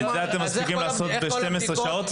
את זה אתם מצליחים לעשות ב-12 שעות,